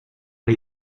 les